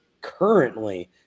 currently